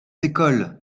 écoles